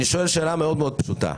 שאלה מאוד פשוטה: